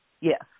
Yes